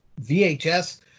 VHS